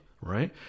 Right